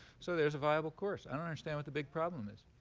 so there's a viable course. i don't understand what the big problem is.